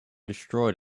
destroyed